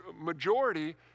majority